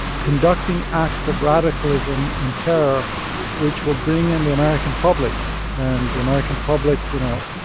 conducting acts of radicalism and terror which will bring in the american public and the american public, you know,